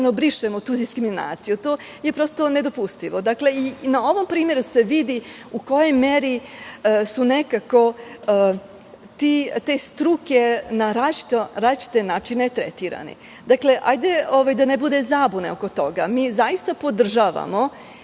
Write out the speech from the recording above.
brišemo tu diskriminaciju? To je prosto nedopustivo. I na ovom primeru se vidi u kojoj meri su nekako te struke na različite načine tretirane. Hajde da ne bude zabune oko toga, mi zaista podržavamo